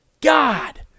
God